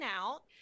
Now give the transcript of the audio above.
out